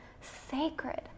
sacred